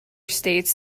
states